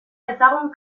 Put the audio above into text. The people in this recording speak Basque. dezagun